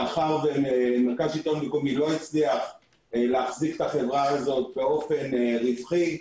מאחר שמרכז שלטון מקומי לא הצליח להחזיק את החברה הזאת באופן רווחי,